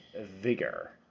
vigor